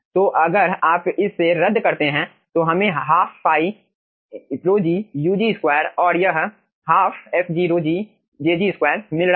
तो अगर आप इसे रद्द करते हैं तो हमें ½ fi ρg u g 2 और यह ½ fg ρg jg 2 मिल रहा है